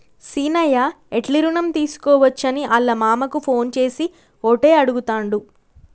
సీనయ్య ఎట్లి రుణం తీసుకోవచ్చని ఆళ్ళ మామకు ఫోన్ చేసి ఓటే అడుగుతాండు